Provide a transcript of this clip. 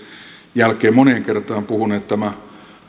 jälkeen moneen kertaan puhuneet tämä